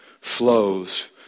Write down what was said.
flows